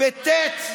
בטי"ת,